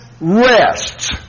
rests